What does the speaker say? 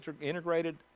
integrated